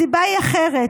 הסיבה היא אחרת.